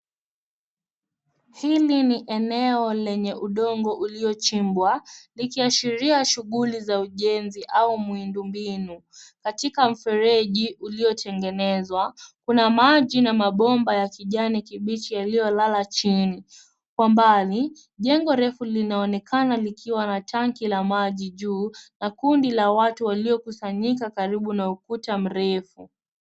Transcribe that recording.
Hili ni eneo lenye udongo uliochimbwa likiashiria shughuli za ujenzi au miundo mbinu. Katika mfereji uliotegenezwa kuna maji na mabomba ya kijani kibichi yaliyolala chini. Kwa mbali jengo refu linaonekana likiwa na tanki la maji juu na kundi la watu waliokusanyika karibu na ukuta mrefu.